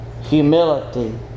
humility